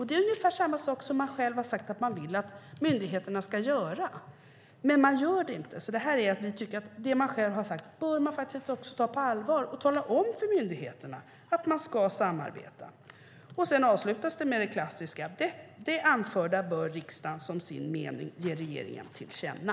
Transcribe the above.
Det är ungefär samma sak som man själv har sagt att man vill att myndigheterna ska göra. Men man gör det inte. Därför tycker vi att det man själv har sagt bör man ta på allvar, och man bör tala om för myndigheterna att man ska samarbeta. Det avslutas med det klassiska: "Det anförda bör riksdagen som sin mening ge regeringen till känna."